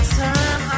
time